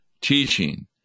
teaching